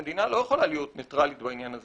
המדינה לא יכולה להיות ניטרלית בעניין הזה